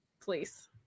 Please